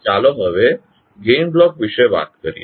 ચાલો હવે gain block વિશે વાત કરીએ